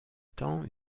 temps